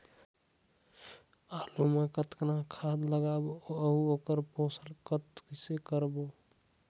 आलू मा कतना खाद लगाबो अउ ओकर पोषण कइसे करबो?